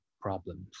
problems